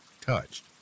touched